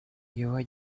его